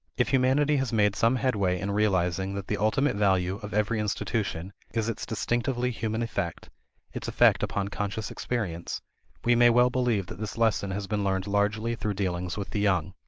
if humanity has made some headway in realizing that the ultimate value of every institution is its distinctively human effect its effect upon conscious experience we may well believe that this lesson has been learned largely through dealings with the young.